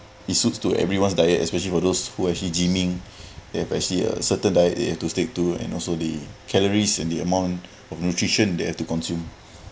it suits to everyone's diet especially for those who actually gyming especially a certain diet to stick to and also the calories and the amount of nutrition they have to consume